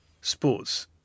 sports